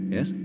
Yes